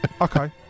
Okay